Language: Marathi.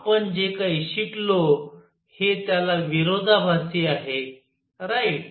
आपण जे काही शिकलो हे त्याला विरोधाभासी आहेत राईट